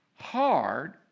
hard